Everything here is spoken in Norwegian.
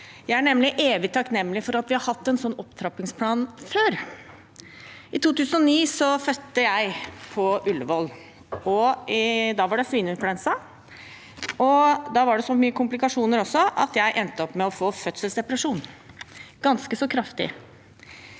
nemlig evig takknemlig for at vi har hatt en sånn opptrappingsplan tidligere. I 2009 fødte jeg på Ullevål. Da var det svineinfluensa, og da var det også så mange komplikasjoner at jeg endte opp med å få fødselsdepresjon – ganske så kraftig.